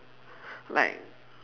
like